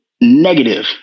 negative